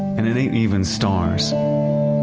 and it ain't even stars.